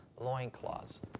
loincloths